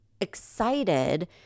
excited